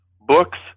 books